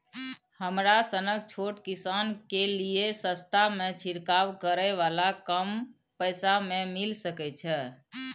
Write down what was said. हमरा सनक छोट किसान के लिए सस्ता में छिरकाव करै वाला कम पैसा में मिल सकै छै?